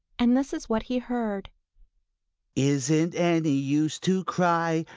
and this is what he heard isn't any use to cry!